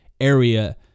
area